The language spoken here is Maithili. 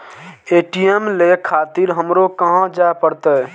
ए.टी.एम ले खातिर हमरो कहाँ जाए परतें?